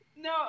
No